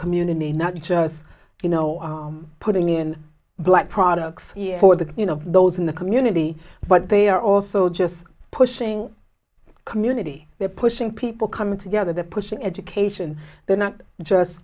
community not just you know putting in black products for the you know those in the community but they're also just pushing community they're pushing people come together the pushing education they're not just